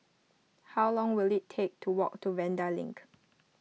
how long will it take to walk to Vanda Link